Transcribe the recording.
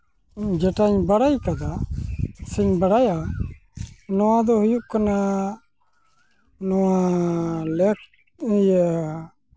ᱡᱮᱴᱟᱧ ᱵᱟᱲᱟᱭ ᱠᱟᱫᱟ ᱥᱮᱧ ᱵᱟᱲᱟᱭᱟ ᱱᱚᱣᱟ ᱫᱚ ᱦᱩᱭᱩᱜ ᱠᱟᱱᱟ ᱱᱚᱣᱟ ᱞᱟᱹᱠ ᱤᱭᱟᱹ